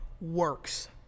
works